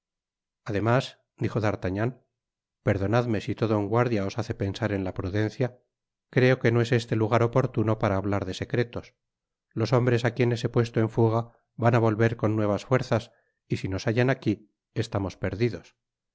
guardia os hace pensar en la prudencia creo que no es este lugar oportuno para hablar de secretos los hombres á quienes he puesto en fuga van á volver con nuevas fuerzas y si nos hallan aquí estamos perdidos